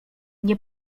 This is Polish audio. nie